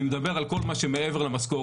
אני מדבר על כל מה שמעבר למשכורת.